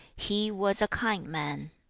he was a kind man